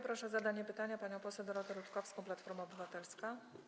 Proszę o zadanie pytania panią poseł Dorotę Rutkowską, Platforma Obywatelska.